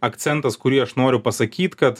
akcentas kurį aš noriu pasakyt kad